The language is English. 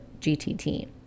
GTT